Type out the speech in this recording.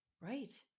Right